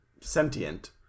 sentient